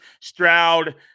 Stroud